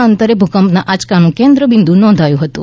ના અંતરે ભૂકંપના આંચકાનું કેન્દ્ર બિંદુ નોંધાયું હતું